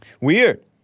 Weird